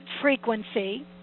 frequency